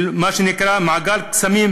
מה שנקרא מעגל קסמים,